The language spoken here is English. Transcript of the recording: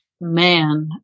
Man